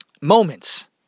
moments